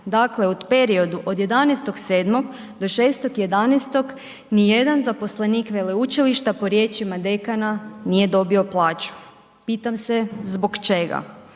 dakle u periodu od 11.7. do 6.11. ni jedan zaposlenik veleučilišta po riječima dekana nije dobio plaću. Pitam se zbog čega,